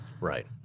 Right